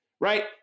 right